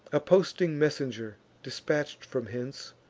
a posting messenger, dispatch'd from hence,